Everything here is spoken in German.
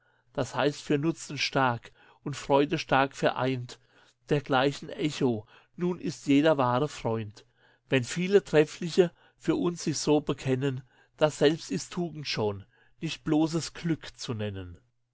das heißt für nutzen stark und freude stark vereint dergleichen echo nun ist jeder wahre freund wenn viele treffliche für uns sich so bekennen das selbst ist tugend schon nicht bloßes glück zu nennen